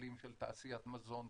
מפעלים של תעשיית מזון,